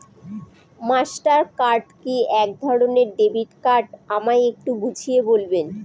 Master card কি একধরণের debit card আমায় একটু বুঝিয়ে বলবেন?